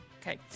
Okay